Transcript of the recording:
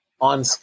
on